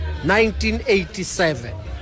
1987